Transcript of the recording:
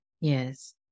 yes